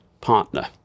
partner